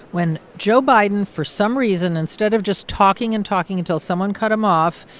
when joe biden for some reason, instead of just talking and talking until someone cut him off,